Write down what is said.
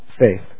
faith